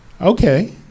Okay